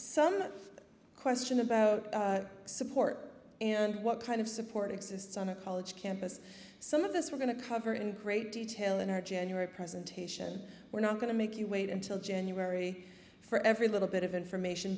some question about support and what kind of support exists on a college campus some of this we're going to cover in great detail in our january presentation we're not going to make you wait until january for every little bit of information